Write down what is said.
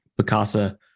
Picasa